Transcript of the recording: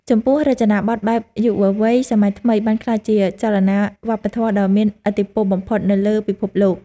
ចំពោះរចនាប័ទ្មបែបយុវវ័យសម័យថ្មី បានក្លាយជាចលនាវប្បធម៌ដ៏មានឥទ្ធិពលបំផុតនៅលើពិភពលោក។